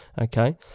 Okay